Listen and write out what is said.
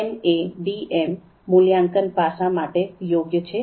તેથી એમએડીએમ મૂલ્યાંકન પાસા માટે યોગ્ય છે